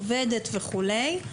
עובדת וכולי,